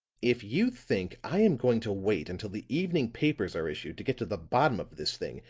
if you think i am going to wait until the evening papers are issued to get to the bottom of this thing,